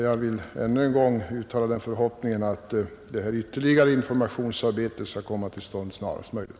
Jag vill ännu en gång uttala förhoppningen om att en bättre information skall komma till stånd snarast möjligt.